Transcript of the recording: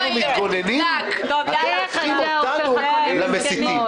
מתגוננים אתם הופכים אותנו למסיתים.